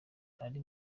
ari